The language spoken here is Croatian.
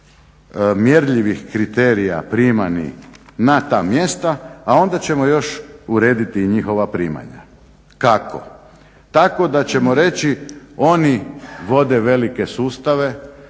mjerljivih kriterija primani na ta mjesta, a onda ćemo još urediti i njihova primanja. Kako? Tako da ćemo reći oni vode velike sustave,